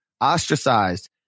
ostracized